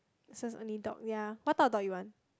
so it's only dog ya what type of dog you want